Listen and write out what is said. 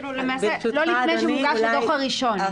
למעשה לא לפני שמוגש הדוח הראשון.